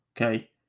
okay